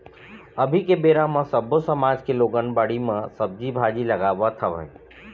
अभी के बेरा म सब्बो समाज के लोगन बाड़ी म सब्जी भाजी लगावत हवय